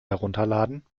herunterladen